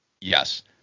Yes